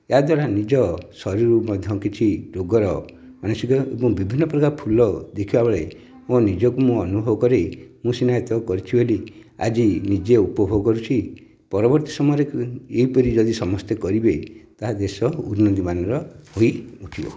ଏହାଦ୍ୱାରା ନିଜ ଶରୀରକୁ ମଧ୍ୟ କିଛି ରୋଗର ମାନସିକ ଏବଂ ବିଭିନ୍ନ ପ୍ରକାର ଫୁଲ ଦେଖିଲା ବେଳେ ମୁଁ ନିଜକୁ ମୁଁ ଅନୁଭବ କରେ ମୁଁ ସିନା ଏତକ କରିଛି ବୋଲି ଆଜି ନିଜେ ଉପଭୋଗ କରୁଛି ପରବର୍ତ୍ତୀ ସମୟରେ ଏହିପରି ଯଦି ସମସ୍ତେ କରିବେ ତା'ହେଲେ ଦେଶ ଉନ୍ନତମାନର ହୋଇଉଠିବ